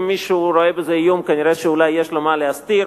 אם מישהו רואה בזה איום, כנראה יש לו מה להסתיר.